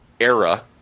era